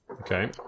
Okay